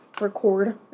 record